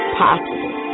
possible